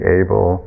able